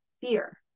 fear